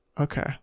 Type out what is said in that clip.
Okay